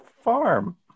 farm